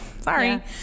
Sorry